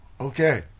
Okay